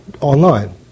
online